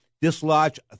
dislodge